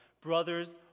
Brothers